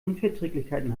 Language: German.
unverträglichkeiten